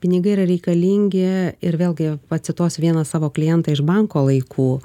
pinigai yra reikalingi ir vėlgi pacituosiu vieną savo klientą iš banko laikų